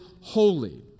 holy